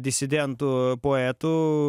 disidentu poetu